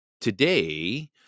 today